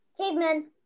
Cavemen